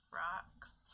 rocks